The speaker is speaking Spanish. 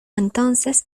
entonces